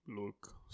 look